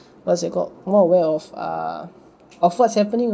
what's it called more aware of uh of what's happening